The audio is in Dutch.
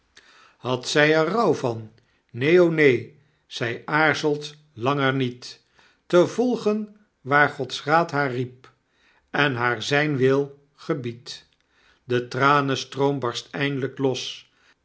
had zg er rouw van neen o neen zy aarzelt langer niet te volgen waar gods raad haar riep en haar zgn wil gebiedt de tranenstroom barst eindelijk los